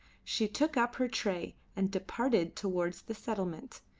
she took up her tray and departed towards the settlement,